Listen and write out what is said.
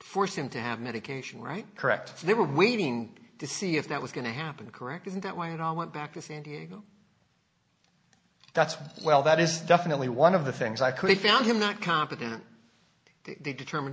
forced him to have medication right correct they were waiting to see if that was going to happen correct in that way and i went back to san diego that's well that is definitely one of the things i could found him not competent to determine